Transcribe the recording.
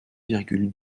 virgule